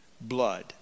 blood